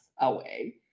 away